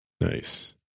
Nice